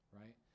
right